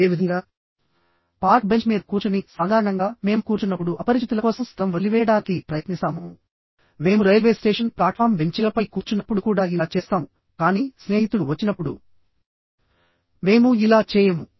అదేవిధంగాపార్క్ bench మీద కూర్చుని సాధారణంగా మేము కూర్చున్నప్పుడు అపరిచితుల కోసం స్థలం వదిలివేయడానికి ప్రయత్నిస్తాము మేము రైల్వే స్టేషన్ ప్లాట్ఫాం బెంచీలపై కూర్చున్నప్పుడు కూడా ఇలా చేస్తాము కానీ స్నేహితుడు వచ్చినప్పుడు మేము ఇలా చేయము